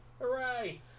hooray